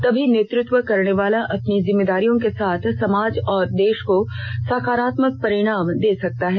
तभी नेतृत्व करने वाला अपनी जिम्मेदारियों के साथ समाज और देश को सकारात्मक परिणाम दे सकता है